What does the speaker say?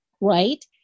right